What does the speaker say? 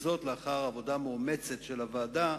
וזאת לאחר עבודה מאומצת של הוועדה,